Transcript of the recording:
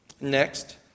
Next